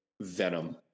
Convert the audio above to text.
Venom